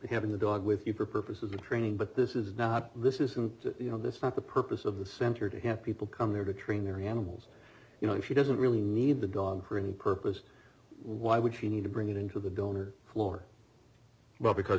having the dog with you for purposes of training but this is not this is and you know this is not the purpose of the center to have people come there to train their hamill's you know if she doesn't really need the dog for any purpose why would she need to bring it into the donor floor well because